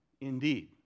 Indeed